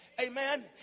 Amen